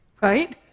right